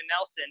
Nelson